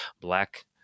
black